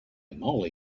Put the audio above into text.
moly